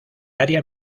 área